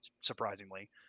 surprisingly